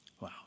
wow